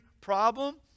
problem